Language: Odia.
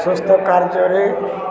ସୁସ୍ଥ କାର୍ଯ୍ୟରେ